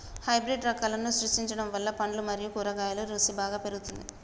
hybrid రకాలను సృష్టించడం వల్ల పండ్లు మరియు కూరగాయల రుసి బాగా పెరుగుతుంది